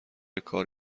کار